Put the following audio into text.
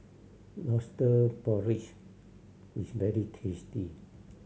Lobster Porridge is very tasty